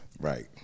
right